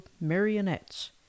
Marionettes